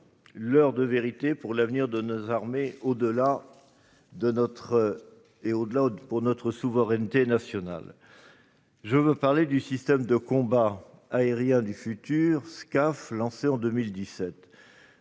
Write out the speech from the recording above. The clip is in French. l'heure de vérité pour l'avenir de nos armées et, au-delà, pour notre souveraineté nationale. Je veux parler du système de combat aérien du futur (Scaf), lancé en 2017.